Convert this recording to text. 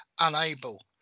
unable